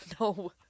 no